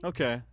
Okay